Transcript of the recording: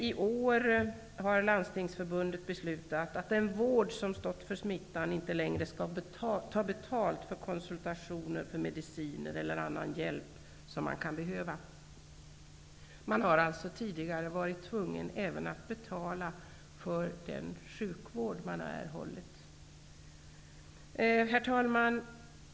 I år har Landstingsförbundet beslutat att inte längre ta betalt för konsultationer, medicin eller annan hjälp som den smittade kan behöva. Man har alltså tidigare varit tvungen att även betala för den sjukvård man har erhållit. Herr talman!